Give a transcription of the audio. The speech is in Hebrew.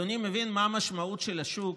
אדוני מבין מה המשמעות לשוק